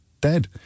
dead